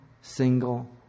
single